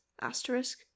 Asterisk